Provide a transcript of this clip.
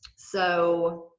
so,